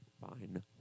Fine